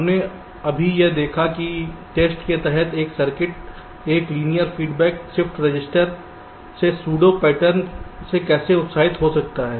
हमने अभी तक देखा है कि टेस्ट के तहत एक सर्किट एक लीनियर फीडबैक शिफ्ट रजिस्टर से सूडो रेंडम पैटर्न से कैसे उत्साहित हो सकता है